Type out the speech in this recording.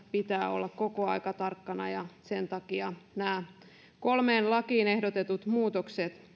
pitää olla koko ajan tarkkana ja sen takia näen erittäin tärkeinä nämä kolmeen lakiin ehdotetut muutokset